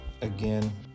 again